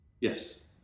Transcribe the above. Yes